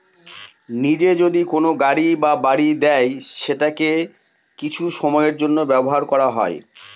নিজে যদি কোনো গাড়ি বা বাড়ি দেয় সেটাকে কিছু সময়ের জন্য ব্যবহার করা হয়